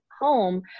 home